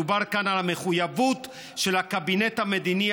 מדובר כאן על המחויבות של הקבינט המדיני-ביטחוני